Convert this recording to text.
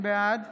בעד